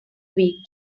week